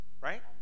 right